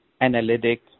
analytic